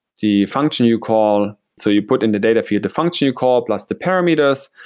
the function you call so you put in the data field. the function you call plus the parameters,